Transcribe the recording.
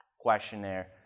questionnaire